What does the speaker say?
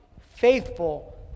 faithful